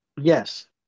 Yes